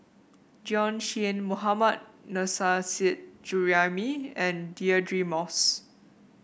Bjorn Shen Mohammad Nurrasyid Juraimi and Deirdre Moss